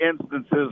instances